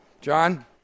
John